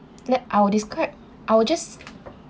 let I'll describe I'll just